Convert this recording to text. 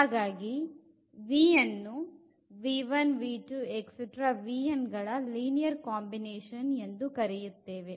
ಹಾಗಾಗಿ v ಅನ್ನು ಗಳ ಲೀನಿಯರ್ ಕಾಂಬಿನೇಶನ್ ಎಂದು ಕರೆಯುತ್ತೇವೆ